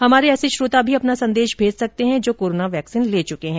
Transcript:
हमारे ऐसे श्रोता भी अपना संदेश भेज सकते हैं जो कोरोना वैक्सीन ले चुके हैं